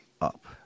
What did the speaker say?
up